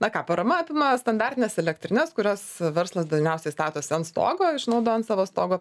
na ką parama apima standartines elektrines kurias verslas dažniausiai statosi ant stogo išnaudojant savo stogo